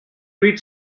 read